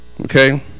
okay